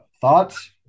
thoughts